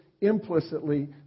implicitly